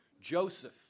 Joseph